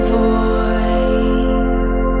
voice